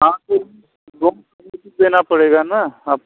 हाँ फिर देना पड़ेगा ना आप